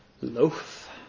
loaf